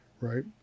Right